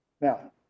Now